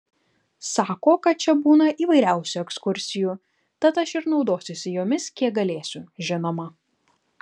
sako kad čia būna įvairiausių ekskursijų tad aš ir naudosiuosi jomis kiek galėsiu žinoma